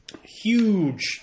huge